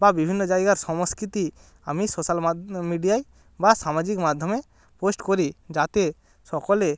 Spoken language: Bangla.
বা বিভিন্ন জায়গার সংস্কৃতি আমি সোশ্যাল মাধ্য মিডিয়ায় বা সামাজিক মাধ্যমে পোস্ট করি যাতে সকলে